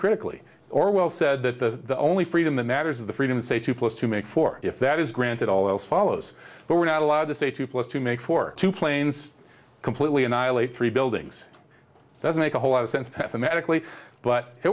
critically or well said that the only freedom the matters is the freedom to say two plus two make four if that is granted all else follows but we're not allowed to say two plus two make four two planes completely annihilate three buildings doesn't make a whole lot of sense to medically but it